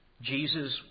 Jesus